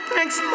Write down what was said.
Thanks